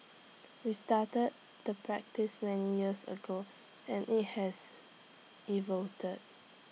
we started the practice many years ago and IT has evolved